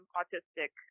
autistic